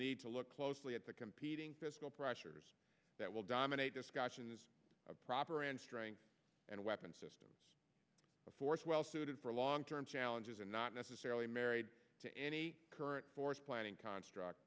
need to look closely at the competing pressures that will dominate discussions of proper end strength and weapons systems of force well suited for long term challenges and not necessarily married to any current force planning construct